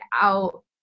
out